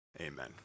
Amen